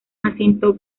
jacinto